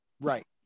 Right